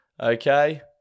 Okay